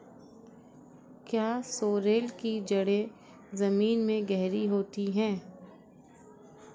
क्या सोरेल की जड़ें जमीन में गहरी होती हैं?